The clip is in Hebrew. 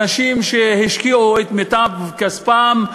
אנשים שהשקיעו את מיטב כספם,